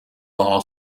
law